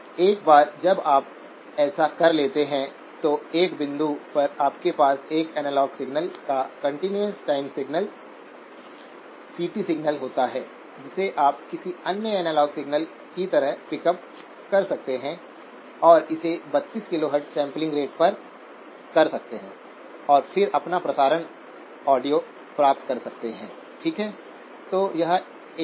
एक बार जब आप ऐसा कर लेते हैं तो इस बिंदु पर आपके पास एक एनालॉग सिग्नल या continuous time signal CT signal होता है जिसे आप किसी अन्य एनालॉग सिग्नल की तरह पिकअप कर सकते हैं और इसे 32 किलोहर्ट्ज़ सैंपलिंग रेट पर कर सकते हैं और फिर अपना प्रसारण ऑडियो प्राप्त कर सकते हैं ठीक है